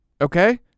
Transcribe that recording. okay